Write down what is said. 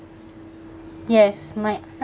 yes my aunties